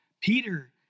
Peter